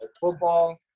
football